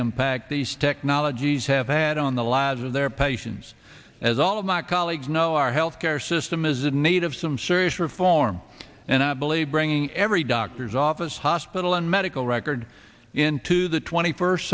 impact these technologies have had on the lives of their patients as all of my colleagues know our health care system is in need of some serious reform and i believe bringing every doctor's office hospital and medical record into the twenty first